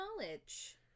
knowledge